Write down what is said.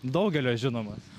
daugelio žinomas